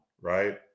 right